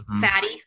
fatty